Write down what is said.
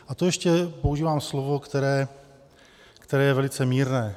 A to ještě používám slovo, které je velice mírné.